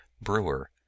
Brewer